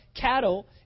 cattle